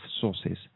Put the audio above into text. sources